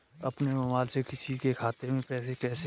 अपने मोबाइल से किसी के खाते में पैसे कैसे भेजें?